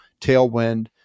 Tailwind